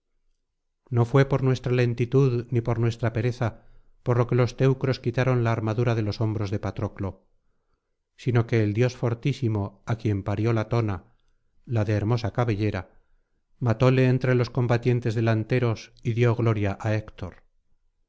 no fué por nuestra lentitud ni por nuestra pereza por lo que los teucros quitaron la armadura de los hombros de patroclo sino que el dios tortísimo á quien parió latona la de hermosa cabellera matóle entre los combatientes delanteros y dio gloria á héctor